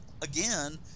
again